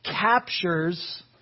captures